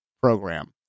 program